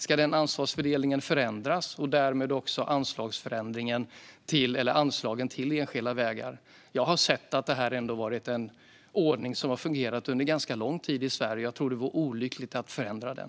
Ska den ansvarsfördelningen förändras och därmed också anslagen till enskilda vägar? Jag har sett att den här ordningen ändå har fungerat under ganska lång tid i Sverige, och jag tror att det vore olyckligt att förändra den.